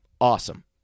Awesome